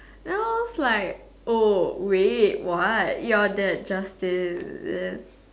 then I was like oh wait what you're that Justin ya